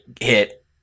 hit